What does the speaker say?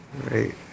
Right